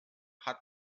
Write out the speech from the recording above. hat